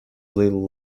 little